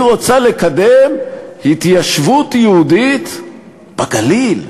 היא רוצה לקדם התיישבות יהודית בגליל.